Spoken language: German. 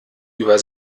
über